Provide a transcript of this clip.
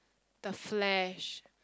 the flash